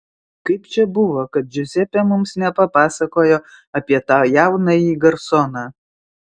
kaip čia buvo kad džiuzepė mums nepapasakojo apie tą jaunąjį garsoną